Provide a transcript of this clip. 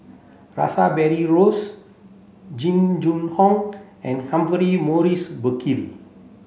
Rash Behari Rose Jing Jun Hong and Humphrey Morrison Burkill